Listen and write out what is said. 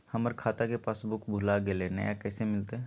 हमर खाता के पासबुक भुला गेलई, नया कैसे मिलतई?